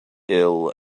ill